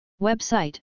Website